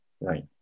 Right